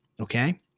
okay